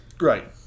Right